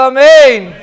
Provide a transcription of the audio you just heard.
Amen